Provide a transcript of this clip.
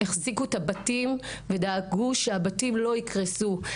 החזיקו את הבתים ודאגו שהבתים לא יקרסו,